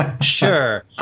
Sure